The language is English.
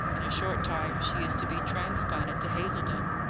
in a short time she is to be transplanted to hazledon.